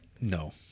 No